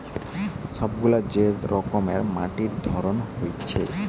সব গুলা যে রকমের মাটির ধরন হতিছে